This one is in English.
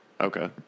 Okay